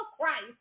Christ